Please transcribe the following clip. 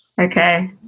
Okay